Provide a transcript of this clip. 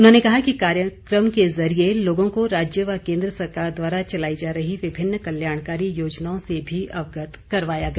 उन्होंने कहा कि कार्यक्रम के जरिए लोगों को राज्य व केंद्र सरकार द्वारा चलाई जा रही विभिन्न कल्याणकारी योजनाओं से भी अवगत करवाया गया